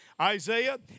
Isaiah